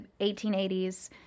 1880s